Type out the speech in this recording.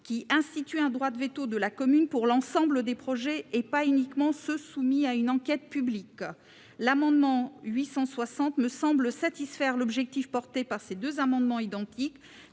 à instituer un droit de veto de la commune pour l'ensemble des projets, et pas uniquement pour ceux soumis à une enquête publique. L'amendement n° 860 rectifié me semble satisfaire l'objectif porté par ces amendements identiques